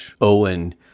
Owen